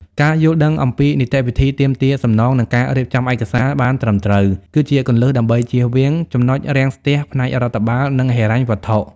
ការយល់ដឹងអំពី នីតិវិធីទាមទារសំណង និងការរៀបចំឯកសារបានត្រឹមត្រូវ គឺជាគន្លឹះដើម្បីជៀសវាង ចំណុចរាំងស្ទះ ផ្នែករដ្ឋបាល និងហិរញ្ញវត្ថុ។